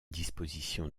disposition